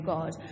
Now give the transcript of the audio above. God